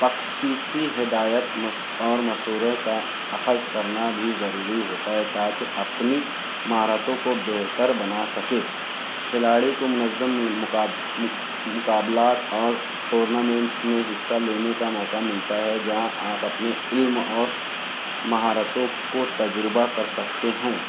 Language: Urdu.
تخصیصی ہدایت مس اور مسورے کا اخذ کرنا بھی ضروری ہوتا ہے تاکہ اپنی مہارتوں کو بہتر بنا سکے کھلاڑی کو منظم مقاب مقابلات اور ٹورنامنٹس میں حصہ لینے کا موقع ملتا ہے جہاں آپ اپنی ٹیم اور مہارتوں کو تجربہ کر سکتے ہیں